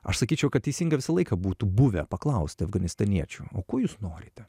aš sakyčiau kad teisinga visą laiką būtų buvę paklausti afganistaniečių o ko jūs norite